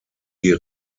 die